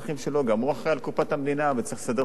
הוא גם אחראי לקופת המדינה וצריך לסדר את התקציב.